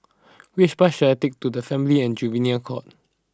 which bus should I take to the Family and Juvenile Court